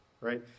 right